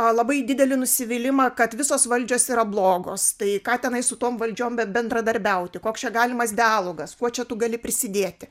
labai didelį nusivylimą kad visos valdžios yra blogos tai ką tenai su tom valdžiom bebendradarbiauti koks čia galimas dialogas kuo čia tu gali prisidėti